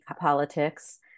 politics